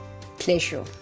pleasure